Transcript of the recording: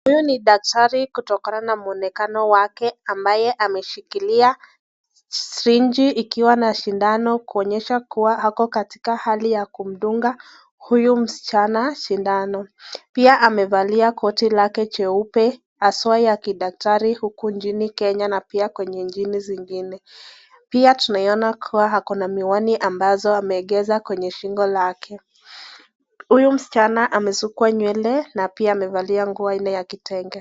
Huyo ni daktari kutokana na mwonekano wake ambaye ameshikilia sirinji ikiwa na sindano kuonyesha kuwa ako katika hali ya kumdunga huyu msichana sindano. Pia amevalia koti lake jeupe haswa ya kidaktari uku nchini Kenya na pia kwenye nchi zingine. Pia tunaona kuwa ako na miwani ambazo ameegeza kwenye shingo lake. Huyu msichana amesukwa nywele na pia amevalia nguo aina ya kitenge.